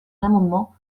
l’amendement